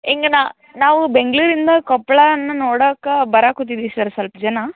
ಹಿಂಗ್ ನಾವು ಬೆಂಗಳೂರಿಂದ ಕೊಪ್ಪಳನ್ನ ನೋಡಕ್ಕೆ ಬರಾಕೊತಿದೀವಿ ಸರ್ ಸ್ವಲ್ಪ ಜನ